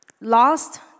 lost